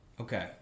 okay